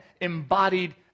embodied